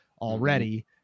already